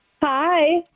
Hi